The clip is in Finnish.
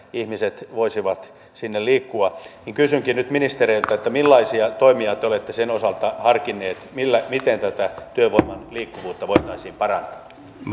ihmiset voisivat sinne liikkua kysynkin nyt ministereiltä millaisia toimia te olette sen osalta harkinneet miten tätä työvoiman liikkuvuutta voitaisiin parantaa